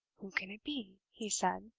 who can it be? he said,